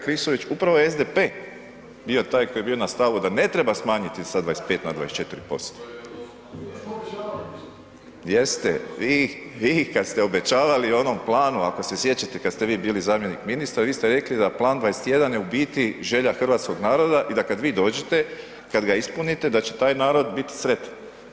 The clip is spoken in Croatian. Kolega Klisović, upravo je SDP bio taj koji je bio na stavu da ne treba smanjiti sa 25 na 24% … [[Upadica iz klupe se ne razumije]] Jeste, vi, vi kad ste obećavali u onom planu ako se sjećate kad ste vi bili zamjenik ministra vi ste rekli da Plan 21 je u biti želja hrvatskog naroda i da kad vi dođete, kad ga ispunite da će taj narod biti sretan.